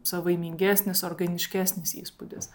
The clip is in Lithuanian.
savaimingesnis organiškesnis įspūdis